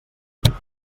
dies